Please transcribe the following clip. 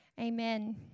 Amen